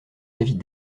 avis